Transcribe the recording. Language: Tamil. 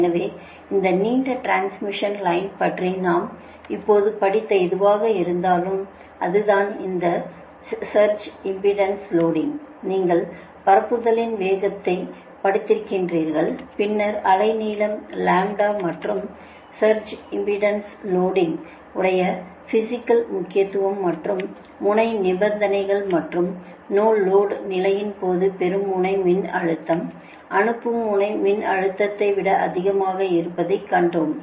எனவே இந்த நீண்ட டிரான்ஸ்மிஷன் லைன் பற்றி நாம் இப்போது படித்த எதுவாக இருந்தாலும் அது தான் அந்த சர்ஜ் இம்பெடன்ஸ் லோடிங் நீங்கள் பரப்புதலின் வேகத்தைப் படித்திருக்கிறார்கள் பின்னர் அலை நீளம் லாம்ப்டா மற்றும் சர்ஜ் இம்பெடன்ஸ் லோடிங் உடைய பிஸிக்கல் முக்கியத்துவம் மற்றும் முனைய நிபந்தனைகள் மற்றும் நோலோடை நிலையின்போது பெறும் முனை மின்னழுத்தம் அனுப்பும் முனை மின்னழுத்தத்தை விட அதிகமாக இருப்பதைக் கண்டோம்